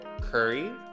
Curry